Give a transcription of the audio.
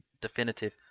Definitive